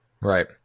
Right